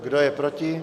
Kdo je proti?